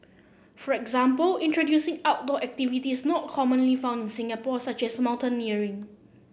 for example introducing outdoor activities not commonly found in Singapore such as mountaineering